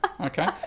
Okay